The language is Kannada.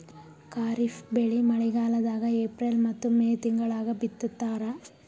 ಖಾರಿಫ್ ಬೆಳಿ ಮಳಿಗಾಲದಾಗ ಏಪ್ರಿಲ್ ಮತ್ತು ಮೇ ತಿಂಗಳಾಗ ಬಿತ್ತತಾರ